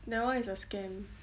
that one is a scam